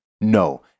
no